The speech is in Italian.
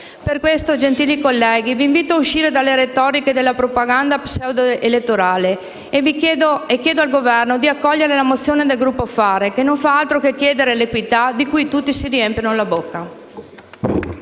Per questo, gentili colleghi, vi invito ad uscire dalle retoriche della propaganda pseudo-elettorale e chiedo al Governo di accogliere la mozione del Movimento Fare! che non fa altro che chiedere quell'equità di cui tutti si riempiono la bocca.